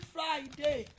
Friday